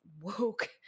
woke